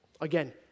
Again